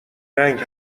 رنگ